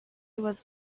was